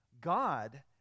God